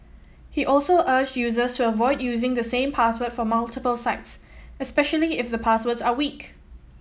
he also urged users to avoid using the same password for multiple sites especially if the passwords are weak